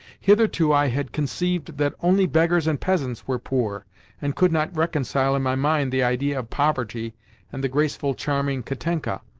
hitherto, i had conceived that only beggars and peasants were poor and could not reconcile in my mind the idea of poverty and the graceful, charming katenka.